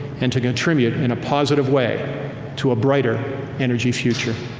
and to contribute in a positive way to a brighter energy future